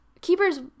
keepers